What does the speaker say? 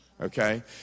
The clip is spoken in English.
Okay